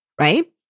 right